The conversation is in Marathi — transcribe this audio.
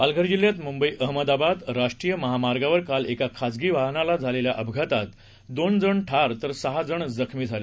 पालघरजिल्ह्यातमुंबई अहमदाबादराष्ट्रीयमहामार्गावरकालएकाखाजगीवाहनालाझालेल्याअपघातातदोनजणठारतरसहाजणजखमीझाले